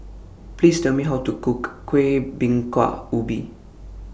Please Tell Me How to Cook Kuih Bingka Ubi